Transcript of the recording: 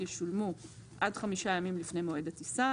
ישולמו עד 5 ימים לפני מועד הטיסה,